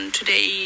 Today